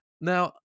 Now